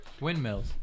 Windmills